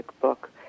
book